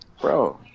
Bro